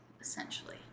essentially